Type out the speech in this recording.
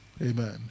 Amen